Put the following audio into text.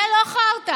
זה לא חרטא,